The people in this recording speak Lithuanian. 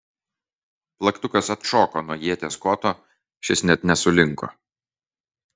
plaktukas atšoko nuo ieties koto šis net nesulinko